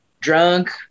drunk